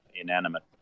inanimate